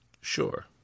Sure